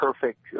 perfect